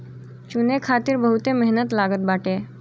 चुने खातिर बहुते मेहनत लागत बाटे